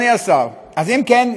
אם כן,